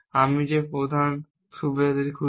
আমি যে প্রধান সুবিধাটি খুঁজছি